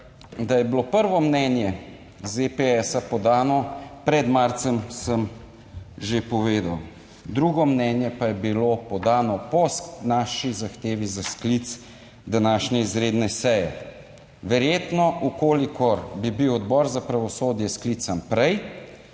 Da je bilo prvo mnenje zps podano pred marcem, sem že povedal, drugo mnenje pa je bilo podano po ZPS zahtevi za sklic današnje izredne seje. Verjetno v kolikor bi bil Odbor za pravosodje sklican prej,